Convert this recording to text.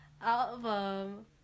album